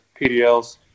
PDLs